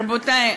רבותי,